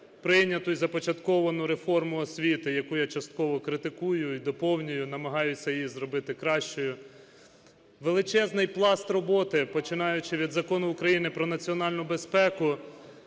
прийняту і започатковану реформу освіти, яку я частково критикую і доповнюю і намагаюся її зробити кращою. Величезний пласт роботи, починаючи від Закону України "Про національну безпеку",